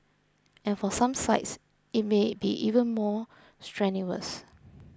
and for some sites it may be even more strenuous